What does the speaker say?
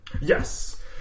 yes